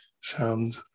sound